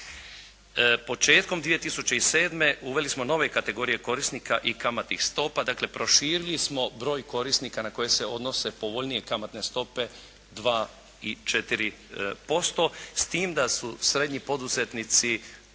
Početkom 2007. uveli smo nove kategorije korisnika i kamatnih stopa, dakle proširili smo broj korisnika na koje se odnose povoljnije kamatne stope 2 i 4% s tim da su srednji poduzetnici